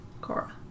Cora